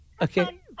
Okay